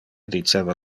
diceva